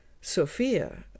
Sophia